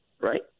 right